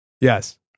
Yes